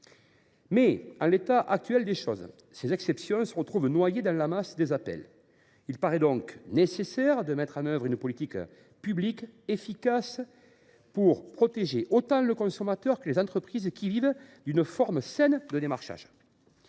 Or, en l’état actuel des choses, ces exceptions se retrouvent noyées dans la masse des appels. Il apparaît donc nécessaire de mettre en œuvre une politique publique efficace pour protéger autant le consommateur que les entreprises qui vivent d’une forme saine de démarchage.